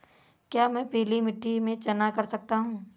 क्या मैं पीली मिट्टी में चना कर सकता हूँ?